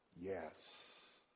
Yes